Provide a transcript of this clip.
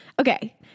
Okay